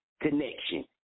connection